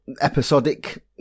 episodic